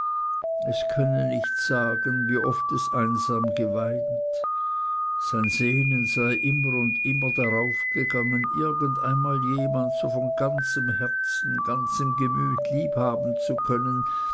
es könne nicht sagen wie oft es einsam geweint sein sehnen sei immer und immer dar auf gegangen irgend einmal jemand so von ganzem herzen ganzem gemüte lieb haben zu können